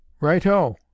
Right-o